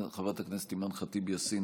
חברת הכנסת אימאן ח'טיב יאסין,